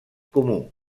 comú